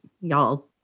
y'all